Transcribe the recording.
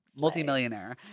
multi-millionaire